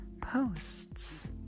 posts